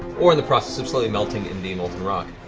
or in the process of slowly melting in the molten rock.